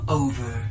over